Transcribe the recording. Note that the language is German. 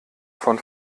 von